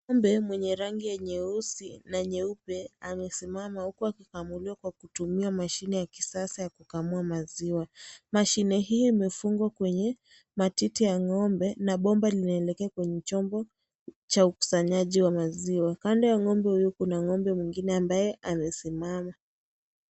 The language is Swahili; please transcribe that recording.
Ng`ombe mwenye rangi ya nyeusi na nyeupe amesimama huko akikamilika kwa kutumia mashine ya kisasa ya kukamua maziwa. Mashine hii imefungwa kwenye matiti ya ng'ombe na bomba linaelekea kwenye chombo cha ukusanyaji wa maziwa. Kando ya ng'ombe huyu kuna ng'ombe mwingine ambaye amesimama.